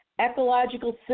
ecological